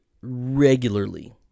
regularly